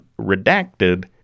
redacted